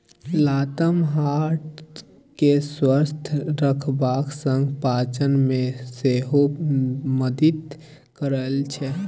लताम हार्ट केँ स्वस्थ रखबाक संग पाचन मे सेहो मदति करय छै